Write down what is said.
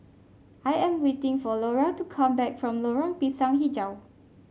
I am waiting for Laura to come back from Lorong Pisang hijau